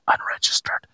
unregistered